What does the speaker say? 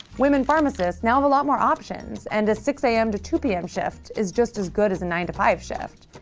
women pharmacists now have a lot more options and a six am to two pm shift is just as good as a nine five shift.